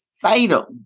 fatal